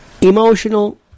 emotional